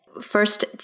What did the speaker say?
first